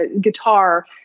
guitar